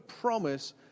promise